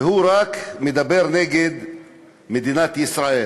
והוא רק מדבר נגד מדינת ישראל,